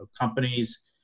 companies